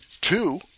two